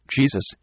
Jesus